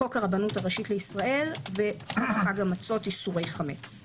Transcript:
חוק הרבנות הראשית לישראל וחג המצות איסורי חמץ.